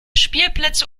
spielplätze